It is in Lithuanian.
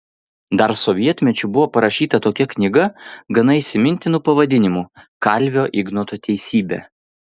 dar sovietmečiu buvo parašyta tokia knyga gana įsimintinu pavadinimu kalvio ignoto teisybė